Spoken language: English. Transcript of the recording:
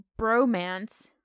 bromance